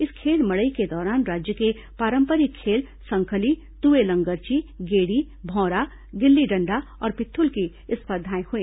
इस खेल मड़ई के दौरान राज्य के पांरपरिक खेल संखलि तुवे लंगरची गेड़ी भौंरा गिल्ली डण्डा और पिट्दूल की स्पर्धाएं हुईं